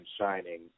shining